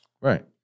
Right